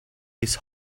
his